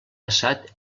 passat